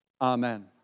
Amen